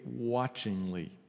watchingly